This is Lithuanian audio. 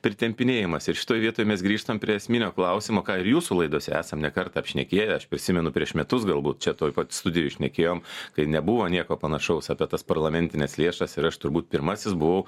pritempinėjamas ir šitoj vietoj mes grįžtam prie esminio klausimo ką ir jūsų laidose esam ne kartą šnekėję aš prisimenu prieš metus galbūt čia toj studijoj šnekėjom kai nebuvo nieko panašaus apie tas parlamentines lėšas ir aš turbūt pirmasis buvau